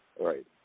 right